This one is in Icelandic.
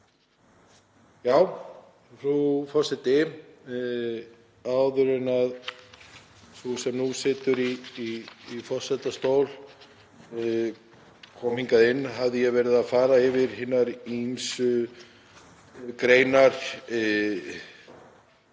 Frú forseti. Áður en sú sem nú situr í forsetastól kom hingað inn hafði ég verið að fara yfir hinar ýmsu greinar